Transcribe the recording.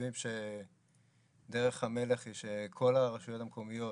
חושבים שדרך המלך היא שכל הרשויות המקומיות